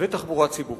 ותחבורה ציבורית.